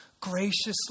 graciously